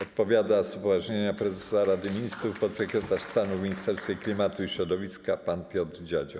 Odpowiada z upoważnienia prezesa Rady Ministrów podsekretarz stanu w Ministerstwie Klimatu i Środowiska pan Piotr Dziadzio.